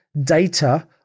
data